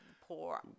poor